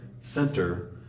center